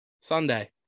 Sunday